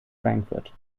frankfurt